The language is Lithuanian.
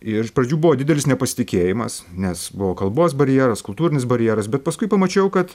ir iš pradžių buvo didelis nepasitikėjimas nes buvo kalbos barjeras kultūrinis barjeras bet paskui pamačiau kad